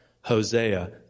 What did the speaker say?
Hosea